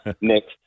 next